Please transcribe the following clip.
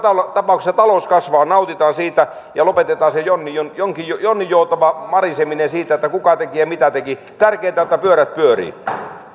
tapauksessa talous kasvaa nautitaan siitä ja lopetetaan se jonninjoutava mariseminen siitä kuka teki ja mitä teki tärkeintä on että pyörät pyörivät